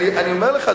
אני אומר לך,